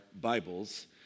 Bibles